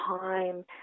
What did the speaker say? time